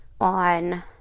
on